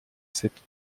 cette